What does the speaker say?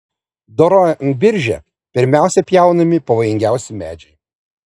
dorojant biržę pirmiausia pjaunami pavojingiausi medžiai